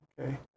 Okay